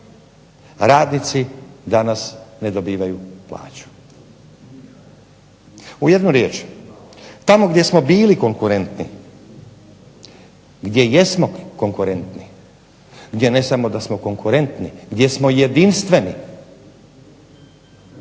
radnici danas ne dobivaju plaću. U jednu riječ, tamo gdje smo bili konkurentni, gdje jesmo konkurentni, gdje ne samo da smo konkurentni, gdje smo jedinstveni,